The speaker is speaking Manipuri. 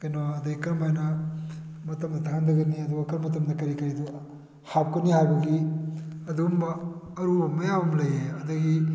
ꯀꯩꯅꯣ ꯑꯗꯩ ꯀꯔꯝ ꯍꯥꯏꯅ ꯃꯇꯝꯗ ꯊꯥꯡꯗꯒꯅꯤ ꯑꯗꯨꯒ ꯀꯔꯝꯕ ꯃꯇꯝꯗ ꯀꯔꯤ ꯀꯔꯤꯗꯨ ꯍꯥꯞꯀꯅꯤ ꯍꯥꯏꯕꯒꯤ ꯑꯗꯨꯒꯨꯝꯕ ꯑꯔꯨꯕ ꯃꯌꯥꯝ ꯑꯃ ꯂꯩꯌꯦ ꯑꯗꯒꯤ